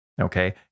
Okay